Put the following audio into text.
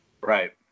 Right